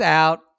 out